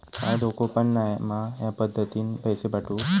काय धोको पन नाय मा ह्या पद्धतीनं पैसे पाठउक?